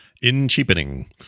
In-cheapening